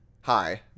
Hi